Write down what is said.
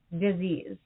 disease